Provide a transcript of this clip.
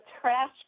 trash